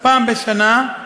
פעם בשנה,